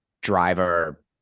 driver